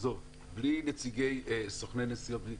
בלי נציגי סוכני נסיעות.